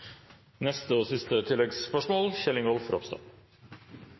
neste hovedspørsmål – fra representanten Kjell Ingolf Ropstad.